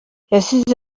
yagize